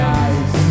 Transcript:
eyes